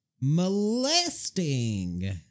Molesting